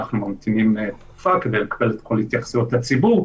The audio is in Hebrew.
אנחנו ממתינים תקופה כדי לקבל את כל התייחסויות הציבור,